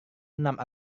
enam